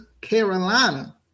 Carolina